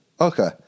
okay